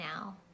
now